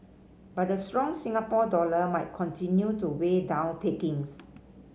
but the strong Singapore dollar might continue to weigh down takings